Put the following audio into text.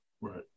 Right